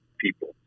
people